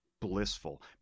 blissful